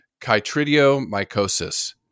chytridiomycosis